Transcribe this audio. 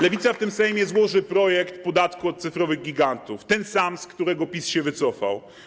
Lewica w tym Sejmie złoży projekt dotyczący podatku od cyfrowych gigantów, tego samego, z którego PiS się wycofał.